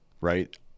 right